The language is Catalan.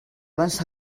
abans